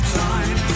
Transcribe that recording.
time